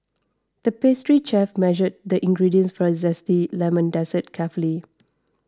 the pastry chef measured the ingredients for a Zesty Lemon Dessert carefully